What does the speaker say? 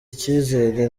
icyizere